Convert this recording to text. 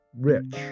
Rich